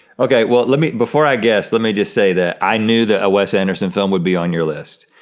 okay, well let me, before i guess, let me just say that i knew that a wes anderson film would be on your list.